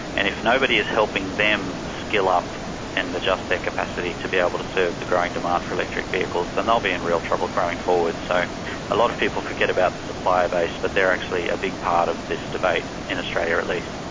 and if nobody is helping them skill up and adjust their capacity to be able to serve the growing demand for electric vehicles, then they'll be in real trouble going forward. so a lot of people forget about the supplier base that but they're actually a big part of this debate, in australia at least.